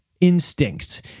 instinct